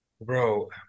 Bro